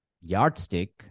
yardstick